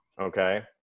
Okay